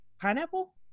pineapple